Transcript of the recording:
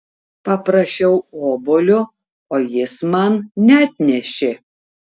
paprašiau obuolio o jis man neatnešė